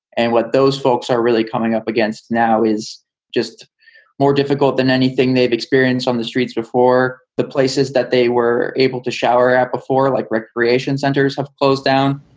and what those folks are really coming up against now is just more difficult than anything they've experienced on the streets before. the places that they were able to shower at before, like recreation centers have closed down.